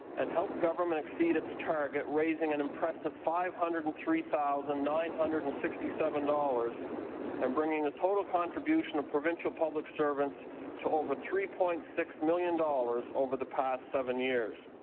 and help government exceed its target raising an impressive five hundred and three thousand nine hundred and sixty seven dollars and bringing the total contribution of provincial public servants to over three point six million dollars over the past seven years.